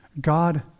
God